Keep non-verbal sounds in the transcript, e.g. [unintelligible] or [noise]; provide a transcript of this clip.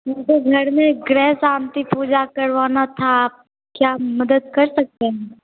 [unintelligible] घर में एक ग्रह शांति पूजा करवाना था क्या मदद कर सकते हें